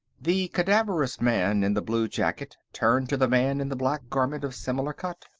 the cadaverous man in the blue jacket turned to the man in the black garment of similar cut.